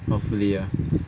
hopefully ah